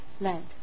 land